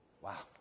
Wow